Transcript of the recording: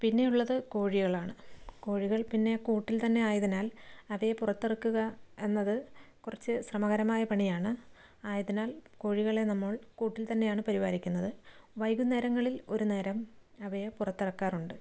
പിന്നെയുള്ളത് കോഴികളാണ് കോഴികൾ പിന്നെ കൂട്ടിൽ തന്നെ ആയതിനാൽ അവയെ പുറത്തിറക്കുക എന്നത് കുറച്ച് ശ്രമകരമായ പണിയാണ് ആയതിനാൽ കോഴികളെ നമ്മൾ കൂട്ടിൽ തന്നെയാണ് പരിപാലിക്കുന്നത് വൈകുന്നേരങ്ങളിൽ ഒരു നേരം അവയെ പുറത്തിറക്കാറുണ്ട്